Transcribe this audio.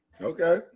Okay